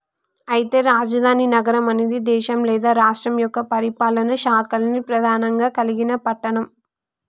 అయితే రాజధాని నగరం అనేది దేశం లేదా రాష్ట్రం యొక్క పరిపాలనా శాఖల్ని ప్రధానంగా కలిగిన పట్టణం